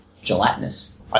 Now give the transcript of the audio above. gelatinous